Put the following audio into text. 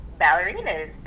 ballerinas